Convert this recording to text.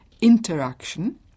interaction